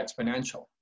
exponential